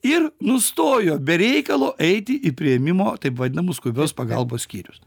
ir nustojo be reikalo eiti į priėmimo taip vadinamus skubios pagalbos skyrius